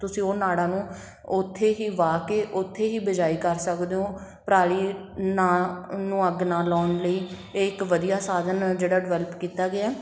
ਤੁਸੀਂ ਉਹ ਨਾੜਾਂ ਨੂੰ ਉੱਥੇ ਹੀ ਵਾਹ ਕੇ ਉੱਥੇ ਹੀ ਬਿਜਾਈ ਕਰ ਸਕਦੇ ਹੋ ਪਰਾਲੀ ਨਾ ਉਹਨੂੰ ਅੱਗ ਨਾ ਲਾਉਣ ਲਈ ਇਹ ਇੱਕ ਵਧੀਆ ਸਾਧਨ ਜਿਹੜਾ ਡਿਵੈਲਪ ਕੀਤਾ ਗਿਆ